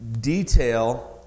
Detail